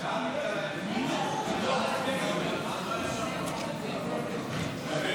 להעביר את הצעת חוק הדיור הציבורי (זכויות רכישה) (תיקון,